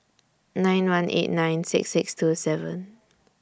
nine one eight nine six six two seven